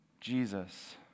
Jesus